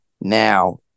now